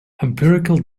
empirical